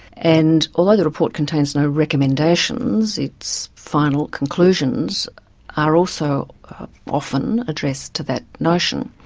and although the report contains no recommendations, its final conclusions are also often addressed to that notion.